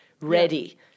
ready